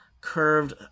curved